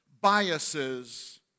biases